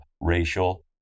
racial